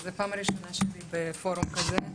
זו פעם ראשונה שאני בפורום כזה.